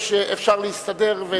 אפשר להסתדר.